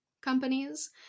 companies